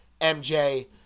MJ